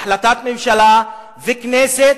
החלטת ממשלה וכנסת.